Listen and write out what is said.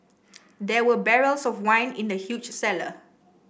there were barrels of wine in the huge cellar